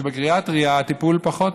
שבגריאטריה הטיפול הוא פחות,